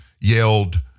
yelled